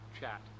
Chat